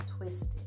twisted